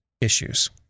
issues